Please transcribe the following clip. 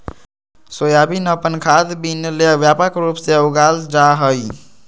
soybean अपन खाद्य bean ले व्यापक रूप से उगाल जा हइ